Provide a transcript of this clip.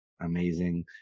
amazing